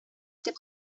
итеп